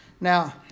Now